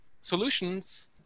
solutions